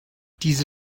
diese